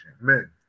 Men